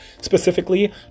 specifically